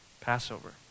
Passover